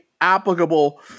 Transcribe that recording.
applicable